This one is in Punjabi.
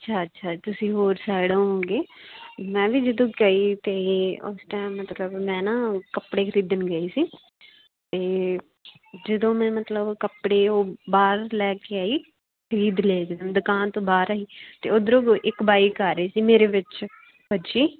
ਅੱਛਾ ਅੱਛਾ ਤੁਸੀਂ ਹੋਰ ਸਾਈਡ ਹੋਵੋਗੇ ਮੈਂ ਵੀ ਜਦੋਂ ਗਈ ਤਾਂ ਉਸ ਟੈਮ ਮਤਲਬ ਮੈਂ ਨਾ ਕੱਪੜੇ ਖਰੀਦਣ ਗਈ ਸੀ ਅਤੇ ਜਦੋਂ ਮੈਂ ਮਤਲਬ ਕੱਪੜੇ ਉਹ ਬਾਹਰ ਲੈ ਕੇ ਆਈ ਖਰੀਦ ਲਏ ਜਦੋਂ ਦੁਕਾਨ ਤੋਂ ਬਾਹਰ ਆਈ ਤਾਂ ਉੱਧਰੋਂ ਇੱਕ ਬਾਈਕ ਆ ਰਹੀ ਸੀ ਮੇਰੇ ਵਿੱਚ ਵੱਜੀ